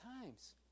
times